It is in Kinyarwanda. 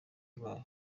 arwaye